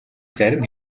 зарим